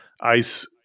Ice